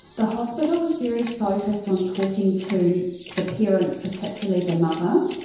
the hospital was very focused on talking to the parents, particularly the mother.